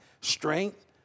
strength